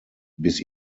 bis